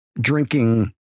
drinking